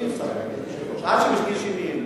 עד שמגישים הצעת אי-אמון,